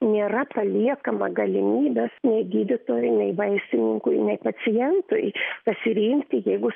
nėra paliekama galimybės nei gydytojui nei vaistininkui nei pacientui pasirinkti jeigu